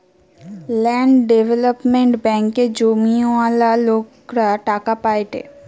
land development ব্যাঙ্কে জমিওয়ালা লোকরা টাকা পায়েটে